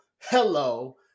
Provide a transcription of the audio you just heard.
hello